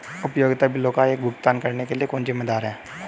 उपयोगिता बिलों का भुगतान करने के लिए कौन जिम्मेदार है?